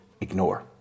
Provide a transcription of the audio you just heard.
ignore